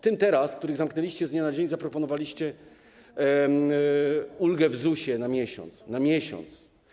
Teraz tym, których zamknęliście z dnia na dzień, zaproponowaliście ulgę w ZUS-ie na miesiąc - na miesiąc.